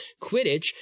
quidditch